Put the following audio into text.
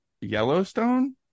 Yellowstone